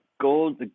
Gold